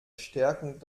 stärkung